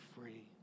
free